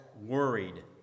worried